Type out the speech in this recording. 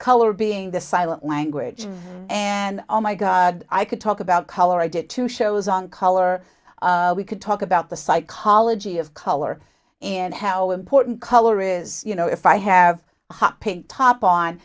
color being the silent language and oh my god i could talk about color i did two shows on color we could talk about the psychology of color and how important color is you know if i have hot pink top on